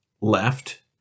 left